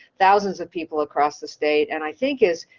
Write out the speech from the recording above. thousands of people across the state. and i think is,